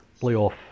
playoff